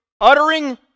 uttering